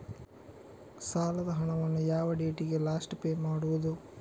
ಸಾಲದ ಹಣವನ್ನು ಯಾವ ಡೇಟಿಗೆ ಲಾಸ್ಟ್ ಪೇ ಮಾಡುವುದು?